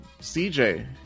CJ